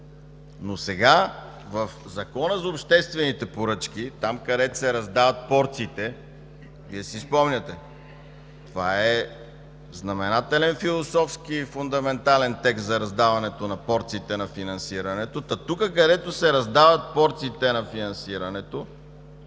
но сега в Закона за обществените поръчки, там, където се раздават порциите – Вие си спомняте, че това е знаменателен философски и фундаментален текст за раздаването на порциите на финансирането, та тук, където се раздават порциите на финансирането,